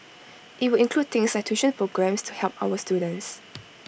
IT will include things like tuition programmes to help our students